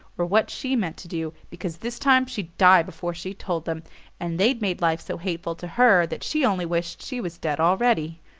or what she meant to do, because this time she'd die before she told them and they'd made life so hateful to her that she only wished she was dead already.